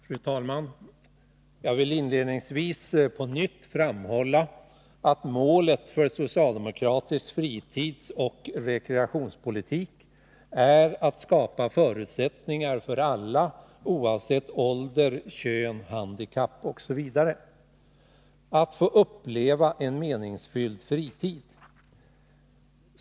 Fru talman! Jag vill inledningsvis på nytt framhålla att målet för socialdemokratisk fritidsoch rekreaktionspolitik är att skapa förutsättningar för alla oavsett ålder, kön, handikapp osv. att få uppleva en meningsfylld fritid.